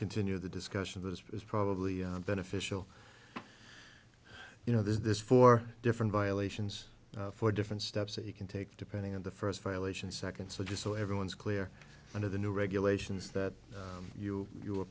continue the discussion this is probably beneficial you know there's this four different violations for different steps that you can take depending on the first violation second so just so everyone's clear under the new regulations that you do a